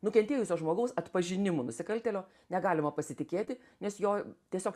nukentėjusio žmogaus atpažinimu nusikaltėlio negalima pasitikėti nes jo tiesiog